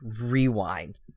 rewind